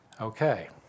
Okay